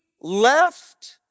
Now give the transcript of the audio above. left